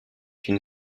une